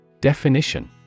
Definition